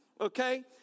Okay